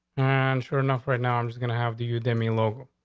and sure enough right now i'm just gonna have to use any local.